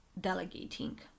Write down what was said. delegating